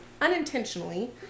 unintentionally